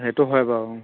সেইটো হয় বাৰু